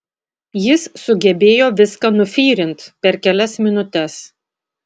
jis sugebėjo viską nufyrint per kelias minutes